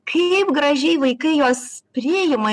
kaip gražiai vaikai juos priima